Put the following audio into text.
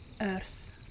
Earth